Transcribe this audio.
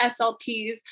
SLPs